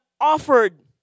offered